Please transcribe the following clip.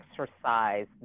exercise